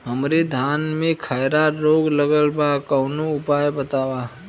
हमरे धान में खैरा रोग लगल बा कवनो उपाय बतावा?